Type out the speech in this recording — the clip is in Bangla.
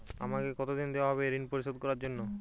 আমাকে কতদিন দেওয়া হবে ৠণ পরিশোধ করার জন্য?